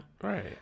Right